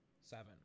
seven